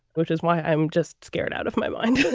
which is why i'm just scared out of my mind